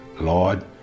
Lord